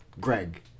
Greg